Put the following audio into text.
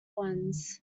ones